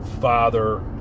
father